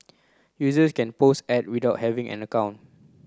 users can post ads without having an account